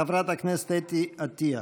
חברת הכנסת אתי עטייה.